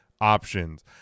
options